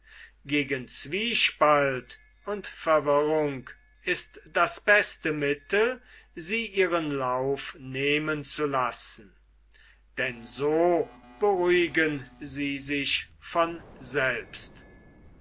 gegen zwiespalt und verwirrung ist das beste mittel sie ihren lauf nehmen zu lassen denn so beruhigen sie sich von selbst